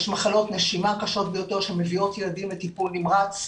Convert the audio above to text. יש מחלות נשימה קשות ביותר שמביאות ילדים לטיפול נמרץ.